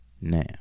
now